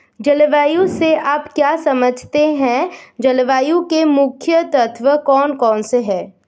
जलवायु से आप क्या समझते हैं जलवायु के मुख्य तत्व कौन कौन से हैं?